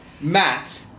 Matt